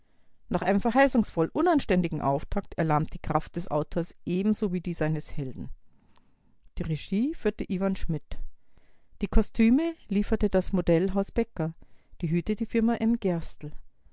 nach einem verheißungsvoll unanständigen auftakt erlahmt die kraft des autors ebenso wie die seines helden die regie führte iwan schmith die kostüme lieferte das modellhaus becker die hüte die firma m gerstel